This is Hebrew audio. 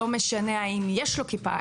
לא משנה האם יש לו כיפה,